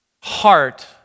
heart